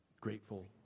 grateful